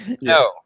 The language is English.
No